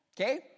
okay